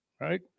Right